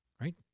right